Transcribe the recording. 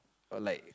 err like